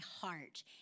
heart